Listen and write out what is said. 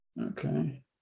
Okay